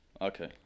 Okay